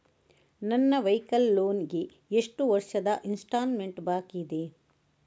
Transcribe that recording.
ನನ್ನ vehicle loan ಗೆ ಎಷ್ಟು ವರ್ಷದ ಇನ್ಸ್ಟಾಲ್ಮೆಂಟ್ ಬಾಕಿ ಇದೆ?